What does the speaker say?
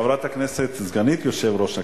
חברת הכנסת, סגנית יושב-ראש הכנסת,